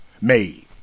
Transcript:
made